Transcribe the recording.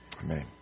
Amen